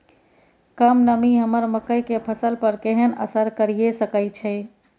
कम नमी हमर मकई के फसल पर केहन असर करिये सकै छै?